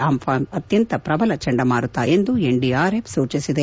ಆಂಘಾನ್ ಆತ್ತಂತ ಪ್ರಬಲ ಚಂಡಮಾರುತ ಎಂದು ಎನ್ಡಿಆರ್ಎಫ್ ಸೂಚಿಸಿದೆ